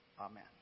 Amen